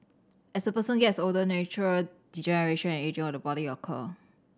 as a person gets older natural degeneration and ageing of the body occur